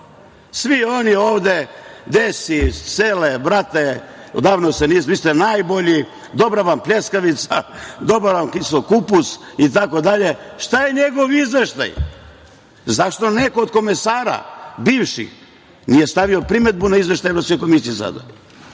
svi oni ovde – gde si, sele, brate, odavno se nismo, vi ste najbolji, dobra vam pljeskavica, dobar vam kiseo kupus itd. Šta je njegov izveštaj? Zašto neko od komesara bivših nije stavio primedbu na izveštaj Evropske komisije sada?